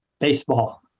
Baseball